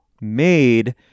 made